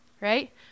right